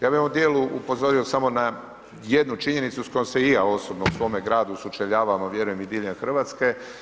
Ja bi u ovom dijelu upozorio samo na jednu činjenicu s kojom se i ja osobno u svome gradu sučeljavam, a vjerujem i diljem Hrvatske.